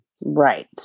Right